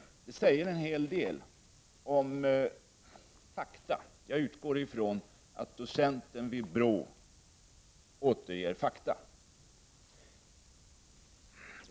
Det säger en hel del om fakta. Jag utgår från att doktorn vid BRÅ återger fakta.